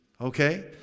Okay